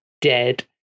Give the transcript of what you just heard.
dead